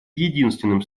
единственным